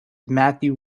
matthew